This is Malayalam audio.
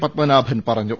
പത്മനാഭൻ പറഞ്ഞു